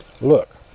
Look